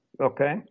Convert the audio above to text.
okay